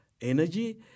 energy